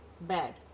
bad